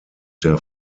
der